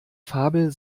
fabel